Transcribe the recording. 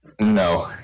No